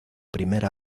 primer